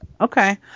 Okay